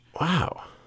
Wow